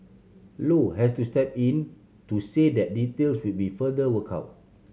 low has to step in to say that details would be further worked out